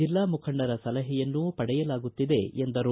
ಜಿಲ್ಲಾ ಮುಖಂಡರ ಸಲಹೆಯನ್ನು ಪಡೆಯಲಾಗುತ್ತಿದೆ ಎಂದರು